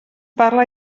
parla